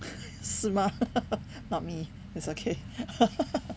是吗 not me that's okay